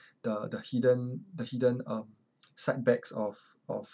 the the hidden the hidden um setbacks of of